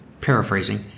paraphrasing